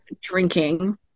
drinking